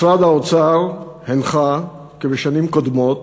משרד האוצר הנחה, כבשנים קודמות: